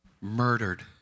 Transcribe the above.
murdered